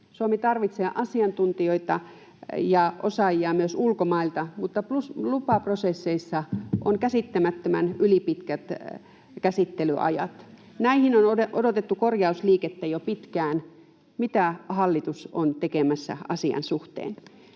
Suomi tarvitsee asiantuntijoita ja osaajia myös ulkomailta, mutta lupaprosesseissa on käsittämättömän ylipitkät käsittelyajat. Näihin on odotettu korjausliikettä jo pitkään. Mitä hallitus on tekemässä asian suhteen?